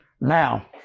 Now